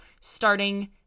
starting